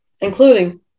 including